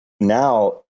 Now